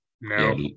No